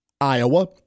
Iowa